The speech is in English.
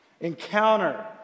Encounter